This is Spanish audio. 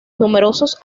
numerosos